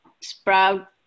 sprout